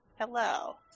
Hello